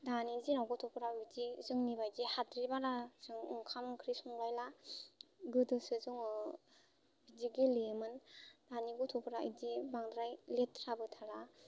दानि दिनाव गथ'फोरा बिदि जोंनि बायदि हाद्रि बालाजों ओंखाम ओंख्रि संलायला गोदोसो जोङो बिदि गेलेयोमोन दानि गथ'फोरा बिदि बांद्राय लेथ्राबो थाला